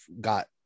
got